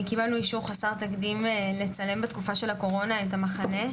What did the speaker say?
קיבלנו אישור חסר תקדים לצלם בתקופה של הקורונה את המחנה,